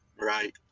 Right